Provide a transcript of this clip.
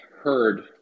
heard